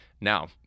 Now